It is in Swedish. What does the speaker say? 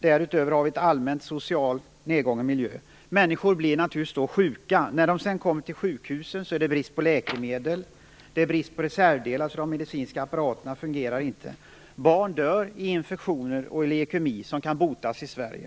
Därutöver har vi en allmänt socialt nedgången miljö. Människor blir naturligtvis sjuka. När de sedan kommer till sjukhus råder det brist på läkemedel. Det råder brist på reservdelar vilket gör att de medicinska apparaterna inte fungerar. Barn dör i infektioner och i leukemi som kan botas i Sverige.